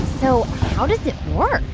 so how does it work?